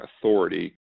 authority